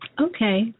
Okay